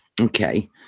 Okay